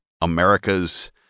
America's